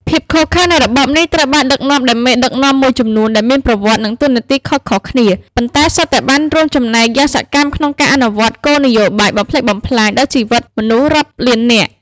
ភាពឃោរឃៅនៃរបបនេះ ត្រូវបានដឹកនាំដោយមេដឹកនាំមួយចំនួន ដែលមានប្រវត្តិ និងតួនាទីខុសៗគ្នា ប៉ុន្តែសុទ្ធតែបានរួមចំណែកយ៉ាងសកម្មក្នុងការអនុវត្តគោលនយោបាយបំផ្លិចបំផ្លាញដល់ជីវិតមនុស្សរាប់លាននាក់។